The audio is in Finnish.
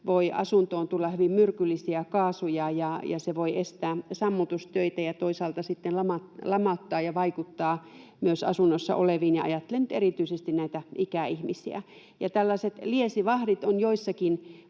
voi asuntoon tulla hyvin myrkyllisiä kaasuja, ja se voi estää sammutustöitä ja toisaalta sitten lamauttaa ja vaikuttaa myös asunnossa oleviin, ja ajattelen nyt erityisesti näitä ikäihmisiä. Tällaiset liesivahdit ovat joissakin